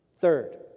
Third